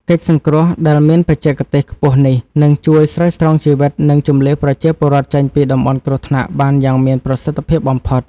កិច្ចសង្គ្រោះដែលមានបច្ចេកទេសខ្ពស់នេះ នឹងជួយស្រោចស្រង់ជីវិត និងជម្លៀសប្រជាពលរដ្ឋចេញពីតំបន់គ្រោះថ្នាក់បានយ៉ាងមានប្រសិទ្ធភាពបំផុត។